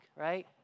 right